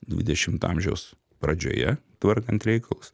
dvidešimto amžiaus pradžioje tvarkant reikalus